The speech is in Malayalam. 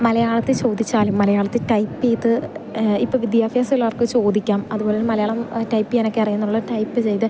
മലയാളത്തിൽ ചോദിച്ചാലും മലയാളത്തിൽ ടൈപ്പ് ചെയ്ത് ഇപ്പം വിദ്യാഭ്യാസം ഉള്ളവർക്ക് ചോദിക്കാം അത്പോലെ തന്നെ മലയാളം ടൈപ്പ് ചെയ്യാനൊക്കെ അറിയാന്നുള്ള ടൈപ്പ് ചെയ്ത്